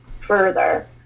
further